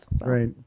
Right